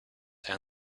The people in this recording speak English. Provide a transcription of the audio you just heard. and